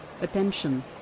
Attention